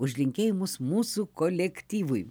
už linkėjimus mūsų kolektyvui